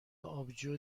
آبجو